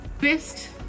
best